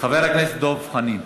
חבר הכנסת דב חנין.